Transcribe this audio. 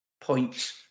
points